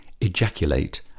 ejaculate